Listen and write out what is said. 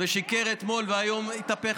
ושיקר אתמול והיום התהפך,